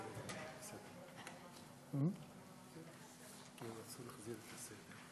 שלוש דקות.